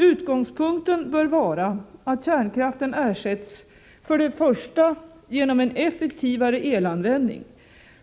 Utgångspunkten bör vara att kärnkraften ersätts för det första genom en effektivare elanvändning,